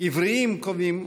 עבריים קובעים,